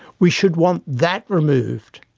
we should want that removed